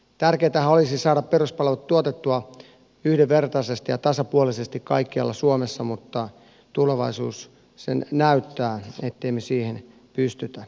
tärkeätähän olisi saada peruspalvelut tuotettua yhdenvertaisesti ja tasapuolisesti kaikkialla suomessa mutta tulevaisuus sen näyttää ettemme siihen pysty